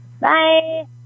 bye